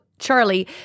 Charlie